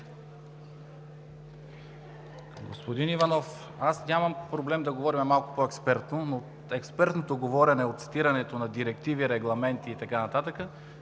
Господин Иванов, аз нямам проблем да говоря малко по-експертно, но експертното говорене от цитирането на директиви, регламенти и така